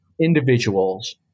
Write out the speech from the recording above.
individuals